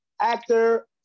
actor